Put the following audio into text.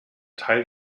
teil